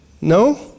No